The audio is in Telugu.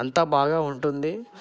అంతా బాగా ఉంటుంది